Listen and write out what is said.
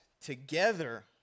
together